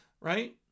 right